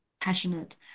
passionate